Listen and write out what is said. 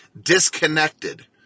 disconnected